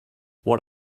what